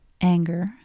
anger